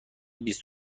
بیست